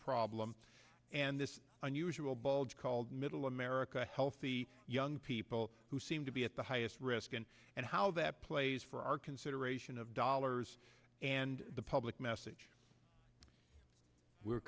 problem and this unusual bulge called middle america healthy young people who seem to be at the highest risk and and how that plays for our consideration of dollars and the public message we're